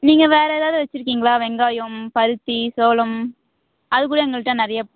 நீங்கள் வேறு எதாவது வச்சிருக்கீங்களா வெங்காயம் பருத்தி சோளம் அதுக்கூட எங்கள்கிட்ட நிறைய